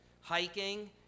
hiking